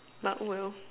not well